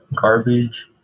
garbage